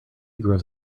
grows